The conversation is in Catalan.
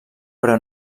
però